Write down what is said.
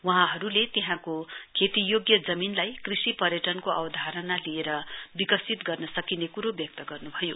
वहाँहरुले त्यहाँको खेती योग्य जमीनलाई कृषि पर्यटनको अवधारणा लिएर विकसित गर्न सकिनने क्रो व्यक्त गर्न्भयो